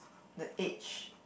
the age